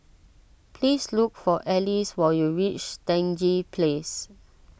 please look for Ellis when you reach Stangee Place